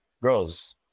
girls